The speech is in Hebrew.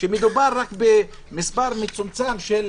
כשמדובר רק במספר מצומצם של